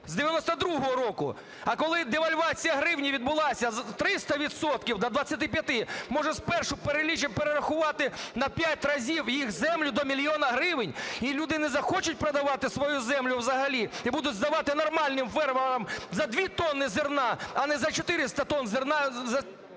з 92-го року, а коли девальвація гривні відбулася 300 відсотків до 25. Може, спершу перелічимо перерахувати на 5 разів їх землю до мільйона гривень і люди не захочуть продавати свою землю взагалі, і будуть здавати нормальним фермерам за 2 тонни зерна, а не за 400 тонн зерна...